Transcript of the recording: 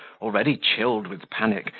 already chilled with panic,